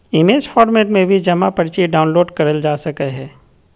image format में भी जमा पर्ची डाउनलोड करल जा सकय हय